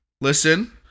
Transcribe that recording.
Listen